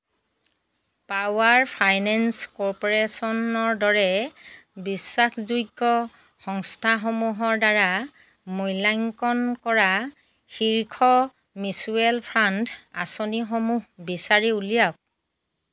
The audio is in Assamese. পাৱাৰ ফাইনেন্স কৰ্পৰেশ্যনৰ দৰে বিশ্বাসযোগ্য সংস্থাসমূহৰ দ্বাৰা মূল্যাংকন কৰা শীৰ্ষ মিউচুৱেল ফাণ্ড আঁচনিসমূহ বিচাৰি উলিয়াওক